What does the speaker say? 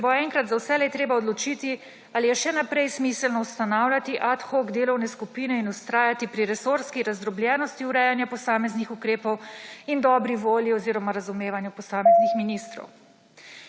se bo enkrat za vselej treba odločiti, ali je še naprej smiselno ustanavljati ad hoc delovne skupine in vztrajati pri resorski razdrobljenosti urejanja posameznih ukrepov in dobri volji oziroma razumevanju posameznih…